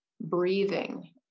breathing